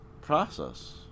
process